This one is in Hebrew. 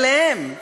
עליהם,